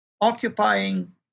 occupying